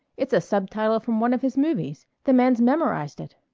it's a subtitle from one of his movies. the man's memorized it!